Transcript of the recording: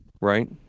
right